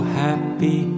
happy